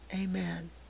Amen